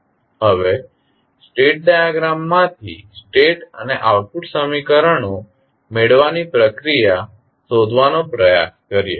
હવે સ્ટેટ ડાયાગ્રામમાંથી સ્ટેટ અને આઉટપુટ સમીકરણો મેળવવાની પ્રક્રિયા શોધવાનો પ્રયાસ કરીએ